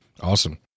Awesome